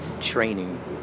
Training